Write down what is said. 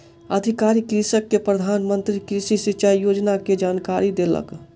अधिकारी कृषक के प्रधान मंत्री कृषि सिचाई योजना के जानकारी देलक